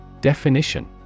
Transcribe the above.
Definition